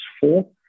four